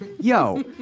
Yo